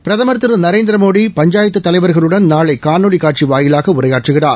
பிரதமர் திரு நரேந்திரமோடி பஞ்சாயத்து தலைவர்களுடன் நாளை காணொலி காட்சி வாயிலாக உரையாற்றுகிறார்